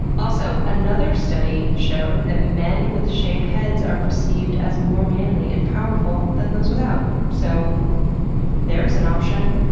also, another study showed that men with shaved heads are perceived as more manly and powerful than those without, so there's an option.